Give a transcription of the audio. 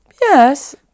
Yes